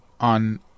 on